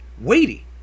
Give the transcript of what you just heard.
weighty